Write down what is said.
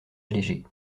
allégée